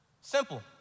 Simple